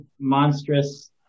monstrous